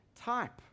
type